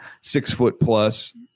Six-foot-plus